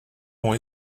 ont